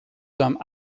some